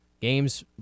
games